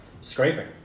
scraping